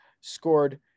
scored